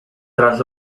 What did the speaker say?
tras